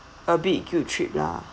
a big guilt trip lah